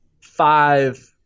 five